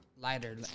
Lighter